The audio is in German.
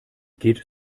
geht